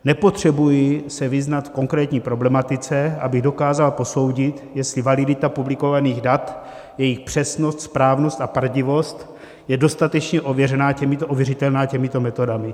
Nepotřebuji se vyznat v konkrétní problematice, abych dokázal posoudit, jestli validita publikovaných dat, jejich přesnost, správnost a pravdivost je dostatečně ověřitelná těmito metodami.